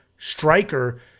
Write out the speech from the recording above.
Striker